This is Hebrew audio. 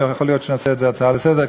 ויכול להיות שנעשה את זה הצעה לסדר,